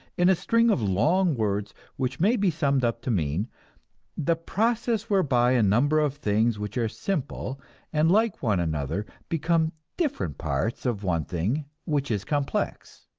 in a string of long words which may be summed up to mean the process whereby a number of things which are simple and like one another become different parts of one thing which is complex.